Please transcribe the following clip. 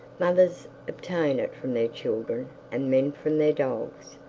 mothers obtain it from their children, and men from their dogs.